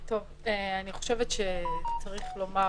צריך לומר